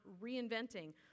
reinventing